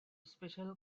special